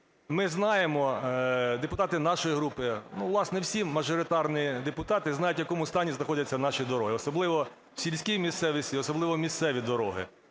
ми знаємо, депутати нашої групи, власне, всі мажоритарні депутати знають, в якому стані знаходяться наші дороги, особливо в сільській місцевості, особливо місцеві дороги